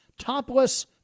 topless